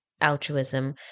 altruism